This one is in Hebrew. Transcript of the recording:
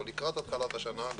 או לקראת התחלת השנה.,